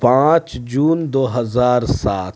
پانچ جون دو ہزار سات